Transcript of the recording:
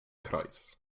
kreis